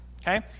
okay